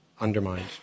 undermined